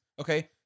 Okay